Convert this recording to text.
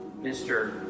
Mr